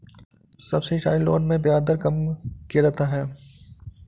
subsidised loan में ब्याज दर कम किया जाता है